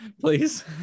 please